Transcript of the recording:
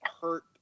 hurt